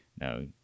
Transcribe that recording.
no